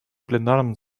пленарном